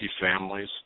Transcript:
families